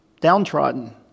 downtrodden